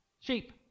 Sheep